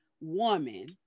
woman